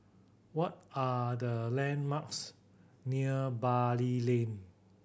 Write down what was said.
what are the landmarks near Bali Lane